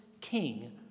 king